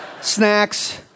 Snacks